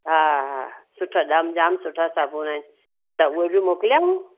हा हा सुठा जाम जाम सुठा साबुण अहिनि त हुवे बि मोकलियाव